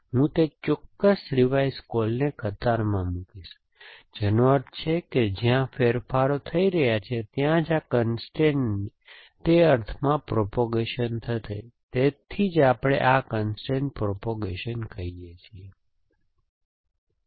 તેથી હું તે ચોક્કસ રિવાઇઝ કૉલને કતારમાં મૂકીશ જેનો અર્થ છે કે જ્યાં ફેરફારો થઈ રહ્યા છે ત્યાં જ આ કન્સ્ટ્રેઇન તે અર્થમાં પ્રોપેગેશન થશે તેથી જ આપણે આ કન્સ્ટ્રેઇન પ્રોપેગેશન કહીએ છીએ